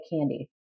candy